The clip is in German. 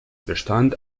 bestand